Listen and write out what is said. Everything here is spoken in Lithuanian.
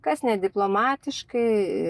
kas ne diplomatiškai